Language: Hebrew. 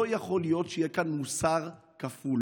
לא יכול להיות שיהיה כאן מוסר כפול.